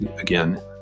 again